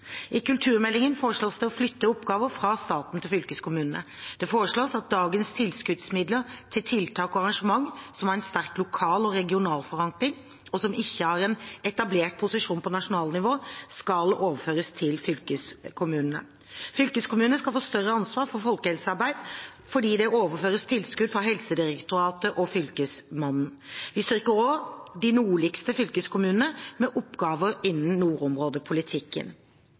I kulturmeldingen foreslås det å flytte oppgaver fra staten til fylkeskommunene. Det foreslås at dagens tilskuddsmidler til tiltak og arrangement som har en sterk lokal og regional forankring, og som ikke har en etablert posisjon på nasjonalt nivå, skal overføres til fylkeskommunene. Fylkeskommunene skal få et større ansvar for folkehelsearbeidet, fordi det overføres tilskudd fra Helsedirektoratet og Fylkesmannen. Vi styrker også de nordligste fylkeskommunene med oppgaver innen nordområdepolitikken.